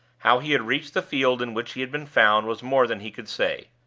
how he had reached the field in which he had been found was more than he could say.